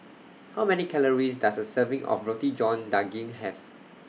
How Many Calories Does A Serving of Roti John Daging Have